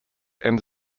ends